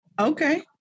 Okay